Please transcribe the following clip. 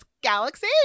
galaxy